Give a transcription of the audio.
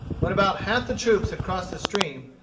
when about half the troops had crossed the stream,